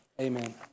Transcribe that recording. Amen